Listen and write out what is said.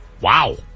Wow